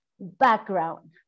background